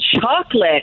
chocolate